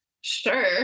sure